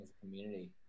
Community